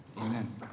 Amen